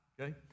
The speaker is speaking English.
okay